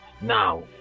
Now